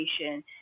education